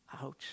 Ouch